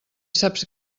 saps